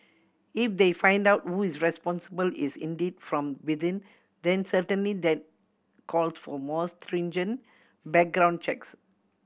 if they find out who is responsible is indeed from within then certainly that calls for more stringent background checks